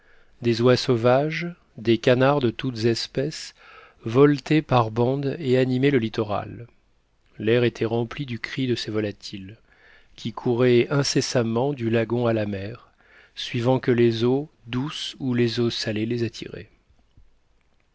des oies sauvages des canards de toutes espèces voletaient par bandes et animaient le littoral l'air était rempli du cri de ces volatiles qui couraient incessamment du lagon à la mer suivant que les eaux douces ou les eaux salées les